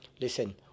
listen